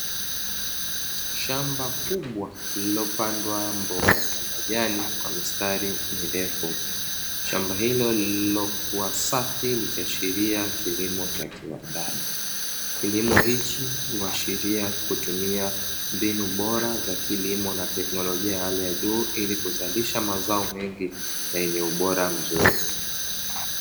Shamba kubwa lililopandwa mboga za majani kwa mistari mirefu. Shamba hilo lililokuwa safi likiashiria kilimo cha kiwandani. Kilimo hichi huashiria kutumia mbinu bora za kilimo na teknolojia ya hali ya juu ili kuzalisha mazao mengi na yenye ubora mzuri.